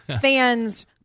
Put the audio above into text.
fans